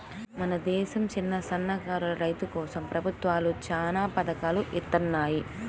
మన దేశంలో చిన్నసన్నకారు రైతుల మేలు కోసం ప్రభుత్వాలు చానా పథకాల్ని ఇత్తన్నాయి